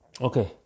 okay